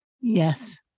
Yes